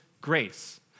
grace